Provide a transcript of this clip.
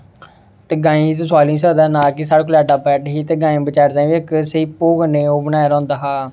ते गाईं गी ते सोआली नेईं सकदा हा ते ना कि साढ़े कोल एड्डा बेड ही ते गाई बचारी ताहीं बी इक स्हेई भोह् कन्नै ओह् बनाए दा होंदा हा